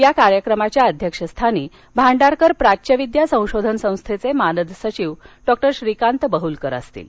या कार्यक्रमाच्या अध्यक्षस्थानी भांडारकर प्राच्यविद्या संशोधन संस्थेचे मानद सचिव डॉक्टर श्रीकांत बहुलकर असणार आहेत